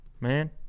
Man